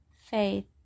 faith